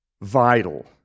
Vital